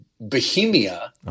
Bohemia